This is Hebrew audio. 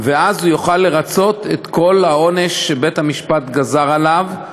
ואז הוא יוכל לרצות את כל העונש שבית-המשפט גזר עליו,